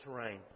terrain